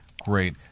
Great